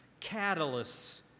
catalysts